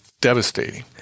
devastating